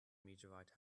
meteorite